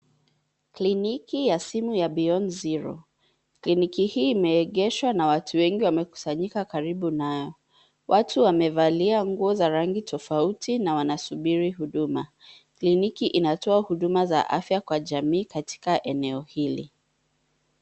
Kliniki ya simu ya beyond zero. Kliniki hii imeegeshwa na watu wengi wamekusanyika karibu nayo. Watu wamevalia nguo za rangi tofauti na wanasubiri uduma. Kliniki inatoa uduma za afia kwa jamii katika eneo hili.